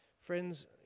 Friends